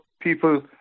people